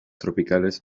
tropicales